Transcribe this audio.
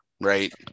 right